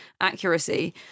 accuracy